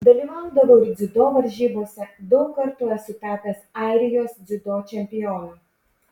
dalyvaudavau ir dziudo varžybose daug kartų esu tapęs airijos dziudo čempionu